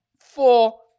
four